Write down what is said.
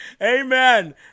Amen